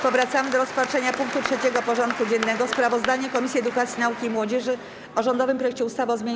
Powracamy do rozpatrzenia punktu 3. porządku dziennego: Sprawozdanie Komisji Edukacji, Nauki i Młodzieży o rządowym projekcie ustawy o zmianie